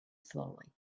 slowly